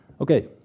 Okay